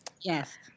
Yes